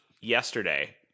yesterday